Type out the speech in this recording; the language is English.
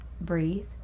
Breathe